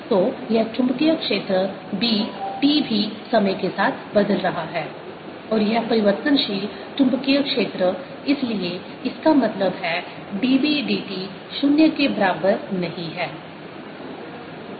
तो यह चुंबकीय क्षेत्र B t भी समय के साथ बदल रहा है और यह परिवर्तनशील चुंबकीय क्षेत्र इसलिए इसका मतलब है d B d t 0 के बराबर नहीं है